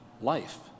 life